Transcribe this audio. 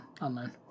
unknown